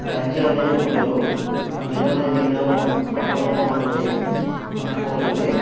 గంజి అనేది ఉండదు అందులో నీటిలోనే అన్నంలో ఉంటుంది ఇంకిపోతుంది